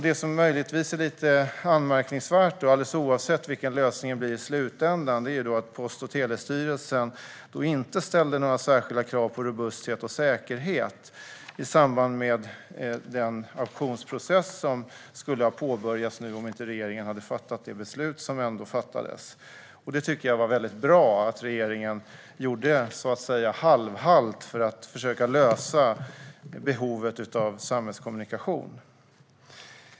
Det som möjligtvis är lite anmärkningsvärt, oavsett vilken lösning det blir i slutändan, är att Post och telestyrelsen inte ställde några särskilda krav på robusthet och säkerhet i samband med den auktionsprocess som skulle ha påbörjats nu, om inte regeringen hade fattat det beslut den gjorde. Jag tycker att det var bra att regeringen gjorde så att säga en halvhalt för att försöka lösa frågan om behovet av samhällskommunikation.